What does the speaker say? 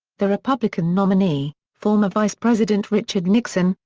the republican nominee, former vice-president richard nixon,